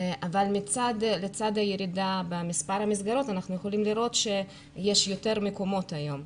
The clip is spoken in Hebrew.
אבל לצד הירידה במספר המסגרות אנחנו יכולים לראות שיש יותר מקומות היום,